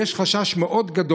יש חשש גדול מאוד,